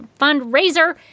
fundraiser